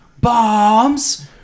Bombs